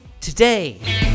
today